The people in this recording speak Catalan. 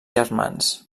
germans